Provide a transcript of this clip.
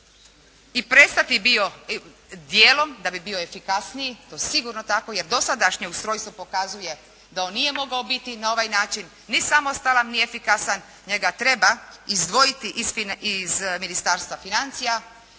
ne razumije./… dijelom da bi bio efikasniji, to sigurno tako. Jer dosadašnje ustrojstvo pokazuje da on nije mogao biti na ovaj način ni samostalan ni efikasan njega treba izdvojiti iz Ministarstva financija